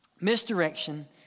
Misdirection